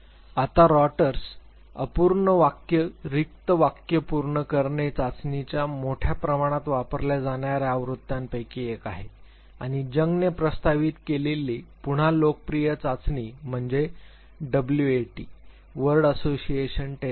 आता रॉटर्स अपूर्ण वाक्य रिक्त वाक्य पूर्ण करणे चाचणीच्या मोठ्या प्रमाणात वापरल्या जाणार्या आवृत्त्यांपैकी एक आहे आणि जंगने प्रस्तावित केलेली पुन्हा लोकप्रिय चाचणी म्हणजे डब्ल्यूएटी वर्ड असोसिएशन टेस्ट